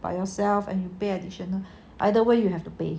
by yourself and you pay additional either way you have to pay